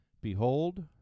Behold